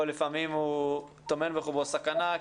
אבל לפעמים הוא טומן בחובו סכנה,